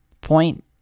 point